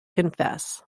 confess